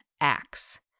Acts